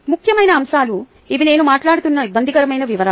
ముఖ్యమైన అంశాలు ఇవి నేను మాట్లాడుతున్న ఇబ్బందికరమైన వివరాలు